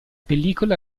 pellicola